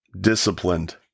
disciplined